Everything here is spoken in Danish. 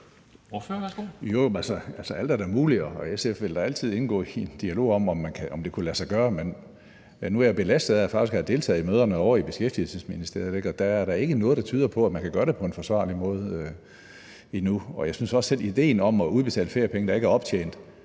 er da muligt, og SF vil da altid indgå i en dialog om, om det kunne lade sig gøre, men nu er jeg belastet af faktisk at have deltaget i møderne ovre i Beskæftigelsesministeriet, og der er der ikke noget, der tyder på, at man kan gøre det på en forsvarlig måde endnu. Og jeg synes også selv, at ideen om at udbetale feriepenge, der ikke er optjent,